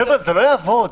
חבר'ה, זה לא יעבוד.